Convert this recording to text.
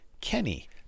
Kenny